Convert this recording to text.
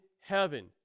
heaven